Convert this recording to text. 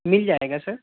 مل جائے گا سر